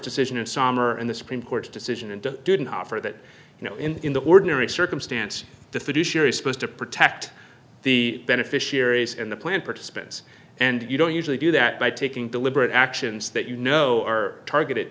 decision in summer and the supreme court decision and didn't offer that in the ordinary circumstance the fiduciary supposed to protect the beneficiaries and the plan participants and you don't usually do that by taking deliberate actions that you know are targeted